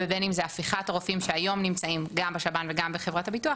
ובין אם זה הפיכת הרופאים שהיום נמצאים גם בשב"ן וגם בחברת הביטוח,